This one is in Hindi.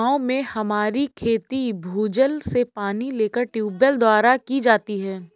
गांव में हमारी खेती भूजल से पानी लेकर ट्यूबवेल द्वारा की जाती है